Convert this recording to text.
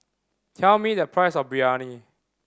tell me the price of Biryani